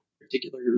particular